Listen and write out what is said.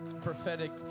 prophetic